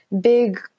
big